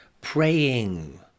Praying